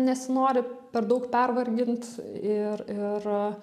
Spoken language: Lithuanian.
nesinori per daug pervargint ir ir